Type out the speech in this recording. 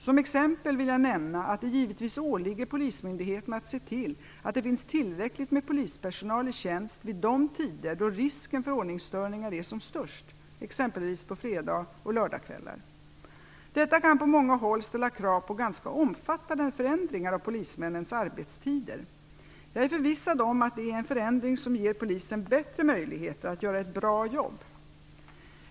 Som exempel vill jag nämna att det givetvis åligger polismyndigheterna att se till att det finns tillräckligt med polispersonal i tjänst vid de tider då risken för ordningsstörningar är som störst, exempelvis på fredags och lördagskvällar. Detta kan på många håll ställa krav på ganska omfattande förändringar av polismännens arbetstider. Jag är förvissad om att det är en förändring som ger polisen bättre möjligheter att göra ett bra jobb.